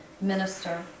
Minister